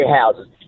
houses